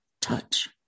touch